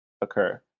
occur